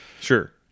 sure